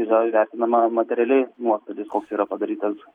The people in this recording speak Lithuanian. yra įvertinama materialiai nuostolis koks yra padarytas